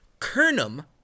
kernum